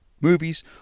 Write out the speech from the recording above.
movies